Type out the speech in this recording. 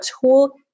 tool